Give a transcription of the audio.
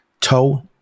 toe